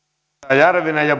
edustaja järvinen ja